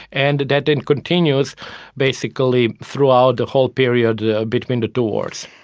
and that then continues basically throughout the whole period between the two wars.